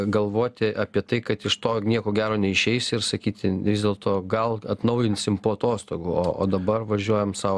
galvoti apie tai kad iš to nieko gero neišeis ir sakyti vis dėlto gal atnaujinsim po atostogų o o dabar važiuojam sau